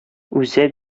үзәк